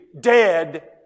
dead